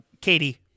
katie